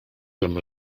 them